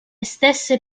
stesse